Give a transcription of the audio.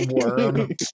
worm